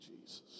Jesus